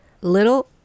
little